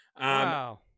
Wow